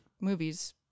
movies